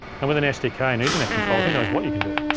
and with an sdk and ethernet control who knows what you can do.